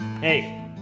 Hey